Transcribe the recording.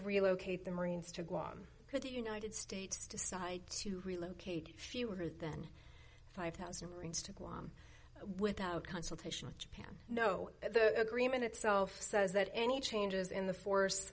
relocate the marines to guam because the united states decide to relocate fewer than five thousand dollars marines to guam without consultation with japan know the agreement itself says that any changes in the